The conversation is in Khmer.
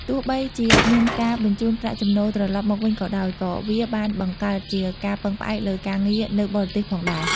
ទោះបីជាមានការបញ្ជូនប្រាក់ចំណូលត្រឡប់មកវិញក៏ដោយ ក៏វាបានបង្កើតជាការពឹងផ្អែកលើការងារនៅបរទេសផងដែរ។